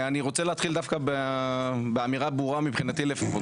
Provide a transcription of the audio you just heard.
אני רוצה להתחיל דווקא באמירה ברורה מבחינתי לפחות,